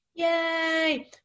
Yay